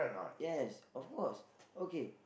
yes of course okay